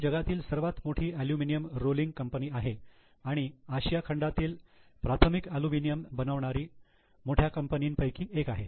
ही जगातील सर्वात मोठी ऍल्युमिनियम रोलिंग कंपनी आहे आणि आशिया खंडातील प्राथमिक ऍल्युमिनियम बनवणारी मोठ्या कंपनीपैकी एक आहे